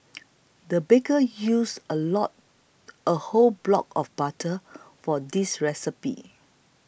the baker used a lot a whole block of butter for this recipe